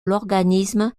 l’organisme